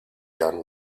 done